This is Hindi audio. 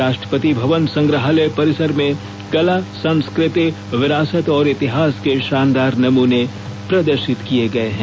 राष्ट्रपति भवन संग्रहालय परिसर में कला संस्कृति विरासत और इतिहास के शानदार नमूनें प्रदर्शित किये गए हैं